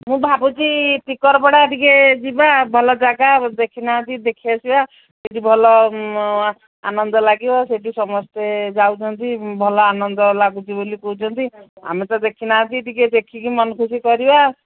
ମୁଁ ଭାବୁଛି ଟିକରପଡ଼ା ଟିକେ ଯିବା ଭଲ ଜାଗା ଦେଖିନାହାନ୍ତି ଦେଖିଆସିବା ସେଠି ଭଲ ଆନନ୍ଦ ଲାଗିବ ସେଠି ସମସ୍ତେ ଯାଉଛନ୍ତି ଭଲ ଆନନ୍ଦ ଲାଗୁଚି ବୋଲି କହୁଛନ୍ତି ଆମେ ତ ଦେଖିନାହାନ୍ତି ଟିକେ ଦେଖିକି ମନ ଖୁସି କରିବା